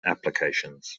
applications